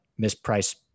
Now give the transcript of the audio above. mispriced